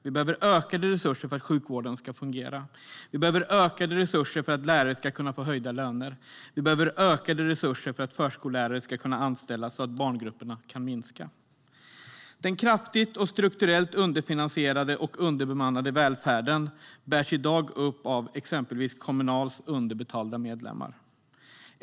Vi behöver ökade resurser för att sjukvården ska fungera, för att lärare ska kunna få höjda löner och för att förskollärare ska kunna anställas så att barngrupperna kan minska. Den kraftigt och strukturellt underfinansierade och underbemannade välfärden bärs i dag upp av exempelvis Kommunals underbetalda medlemmar.